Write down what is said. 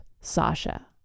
Sasha